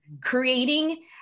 creating